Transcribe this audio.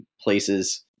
places